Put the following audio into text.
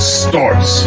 starts